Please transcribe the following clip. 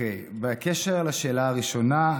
בקשר לשאלה הראשונה,